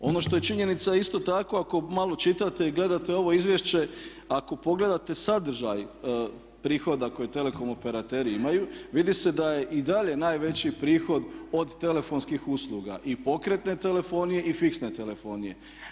Ono što je činjenica je isto tako ako malo čitate i gledate ovo izvješće, ako pogledate sadržaj prihoda koje telekom operateri imaju vidi se da je i dalje najveći prihod od telefonskih usluga i pokretne telefonije i fiksne telefonije.